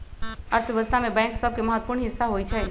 अर्थव्यवस्था में बैंक सभके महत्वपूर्ण हिस्सा होइ छइ